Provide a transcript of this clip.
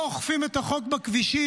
לא אוכפים את החוק בכבישים,